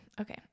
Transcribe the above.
Okay